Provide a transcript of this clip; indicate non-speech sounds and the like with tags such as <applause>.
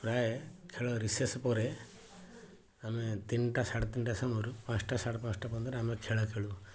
ପ୍ରାୟ ଖେଳ ରିସେସ୍ ପରେ ଆମେ ତିନଟା ସାଢ଼େ ତିନଟା ସମୟରୁ ପାଞ୍ଚଟା ସାଢ଼େ ପାଞ୍ଚଟା <unintelligible> ଆମେ ଖେଳ ଖେଳୁ